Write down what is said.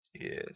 Yes